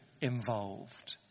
involved